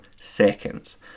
seconds